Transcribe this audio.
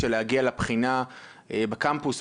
להגיע לבחינה פרונטלית בקמפוס,